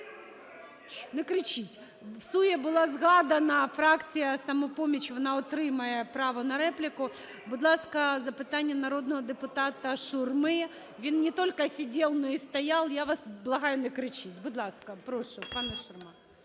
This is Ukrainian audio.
Не кричіть! Всує була згадана фракція "Самопоміч", вона отримає право на репліку. Будь ласка, запитання народного депутата Шурми. Він не только сидел, но и стоял. Я вас благаю: не кричіть! Будь ласка, прошу, пане Шурма.